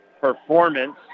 performance